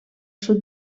sud